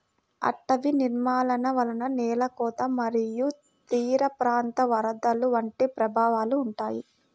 అటవీ నిర్మూలన వలన నేల కోత మరియు తీరప్రాంత వరదలు వంటి ప్రభావాలు ఉంటాయి